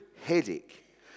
headache